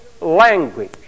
language